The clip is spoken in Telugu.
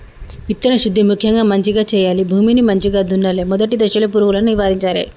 విత్తన శుద్ధి ముక్యంగా మంచిగ చేయాలి, భూమిని మంచిగ దున్నలే, మొదటి దశలోనే పురుగులను నివారించాలే